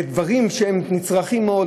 לדברים שהם נצרכים מאוד,